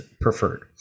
preferred